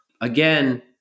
again